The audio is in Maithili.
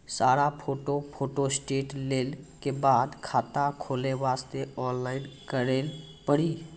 सारा फोटो फोटोस्टेट लेल के बाद खाता खोले वास्ते ऑनलाइन करिल पड़ी?